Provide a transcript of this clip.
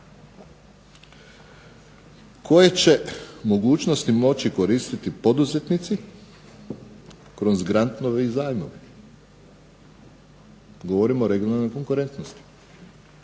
koje će mogućnosti moći korisnici kroz ... i zajmove? Govorimo o regionalnoj konkurentnosti.